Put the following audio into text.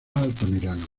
altamirano